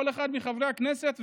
כל אחד מחברי הכנסת,